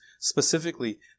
specifically